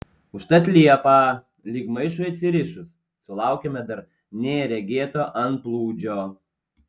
užtat liepą lyg maišui atsirišus sulaukėme dar neregėto antplūdžio